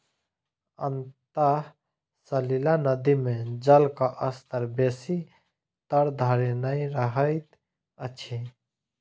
अंतः सलीला नदी मे जलक स्तर बेसी तर धरि नै रहैत अछि